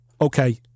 okay